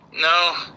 No